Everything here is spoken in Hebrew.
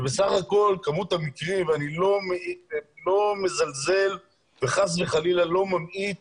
ובסך הכול כמות המקרים ואני לא מזלזל וחס וחלילה לא ממעיט